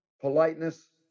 politeness